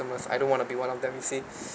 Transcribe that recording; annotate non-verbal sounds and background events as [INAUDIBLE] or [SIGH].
customers I don't want to be one of them you see [BREATH]